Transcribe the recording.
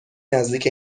نزدیک